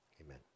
amen